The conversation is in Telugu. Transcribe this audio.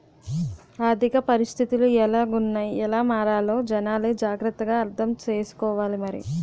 ఆర్థిక పరిస్థితులు ఎలాగున్నాయ్ ఎలా మారాలో జనాలే జాగ్రత్త గా అర్థం సేసుకోవాలి మరి